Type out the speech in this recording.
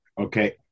Okay